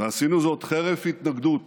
ועשינו זאת חרף התנגדות